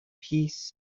piece